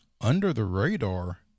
under-the-radar